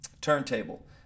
turntable